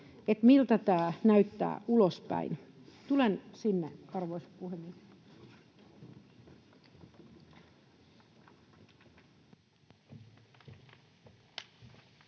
se, miltä tämä näyttää ulospäin. — Tulen sinne, arvoisa puhemies.